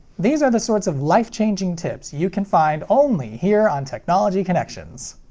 these are the sorts of life changing tips you can find only here on technology connections!